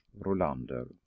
Rolander